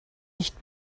nicht